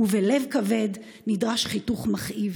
אבל בלב כבד נדרש חיתוך מכאיב.